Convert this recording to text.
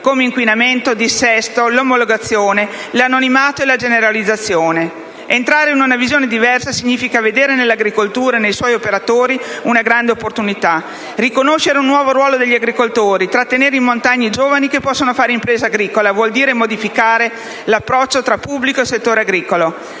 come l'inquinamento, il dissesto, l'omologazione, l'anonimato e la generalizzazione. Entrare in una visione diversa significa vedere nell'agricoltura e nei suoi operatori una grande opportunità: riconoscere un nuovo ruolo agli agricoltori, trattenere in montagna i giovani che possono fare impresa agricola, vuol dire modificare l'approccio tra pubblico e settore agricolo.